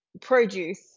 produce